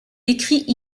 écrit